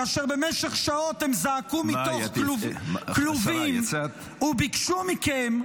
כאשר במשך שעות הם זעקו מתוך כלובים וביקשו מכם,